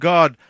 God